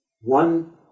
one